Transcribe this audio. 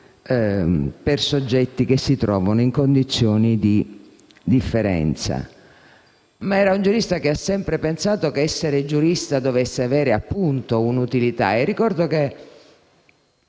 per soggetti che si trovino in condizioni di differenza. Era un giurista che ha sempre pensato che essere giurista dovesse avere un'utilità. Ricordo che